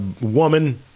woman